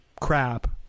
crap